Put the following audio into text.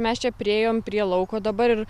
mes čia priėjom prie lauko dabar ir